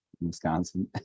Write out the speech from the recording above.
Wisconsin